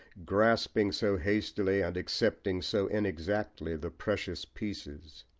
grasping so hastily and accepting so inexactly the precious pieces.